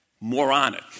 moronic